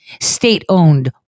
State-owned